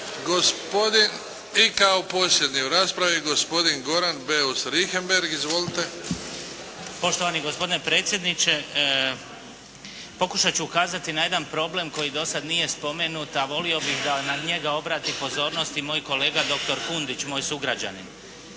I kao posljednji u raspravi gospodin Goran Beus Richembergh. Izvolite. **Beus Richembergh, Goran (HNS)** Poštovani gospodine predsjedniče. Pokušat ću ukazati na jedan problem koji do sada nije spomenut a volio bih da na njega obrati pozornost i moj kolega doktor Kundić moj sugrađanin.